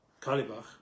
Kalibach